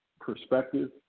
perspective